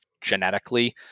genetically